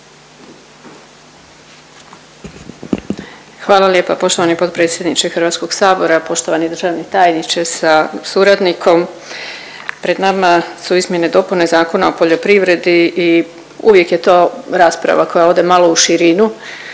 Hvala lijepa poštovani potpredsjedniče HS, poštovani državni tajniče sa suradnikom. Pred nama su izmjene i dopune Zakona o poljoprivredi i uvijek je to rasprava koja ode malo u širinu